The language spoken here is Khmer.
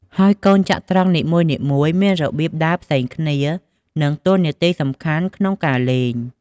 ហើយកូនចត្រង្គនីមួយៗមានរបៀបដើរផ្សេងគ្នា និងតួនាទីសំខាន់ក្នុងការលេង។